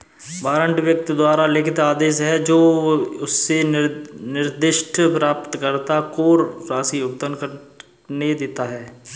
warrant व्यक्ति द्वारा लिखित आदेश है जो उसे निर्दिष्ट प्राप्तकर्ता को राशि भुगतान करने देता है